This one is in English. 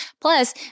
Plus